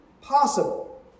possible